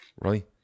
right